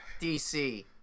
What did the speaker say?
DC